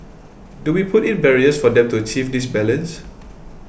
do we put in barriers for them to achieve this balance